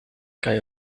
guy